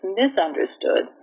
misunderstood